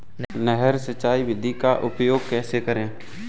नहर सिंचाई विधि का उपयोग कैसे करें?